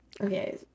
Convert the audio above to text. Okay